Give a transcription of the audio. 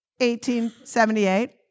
1878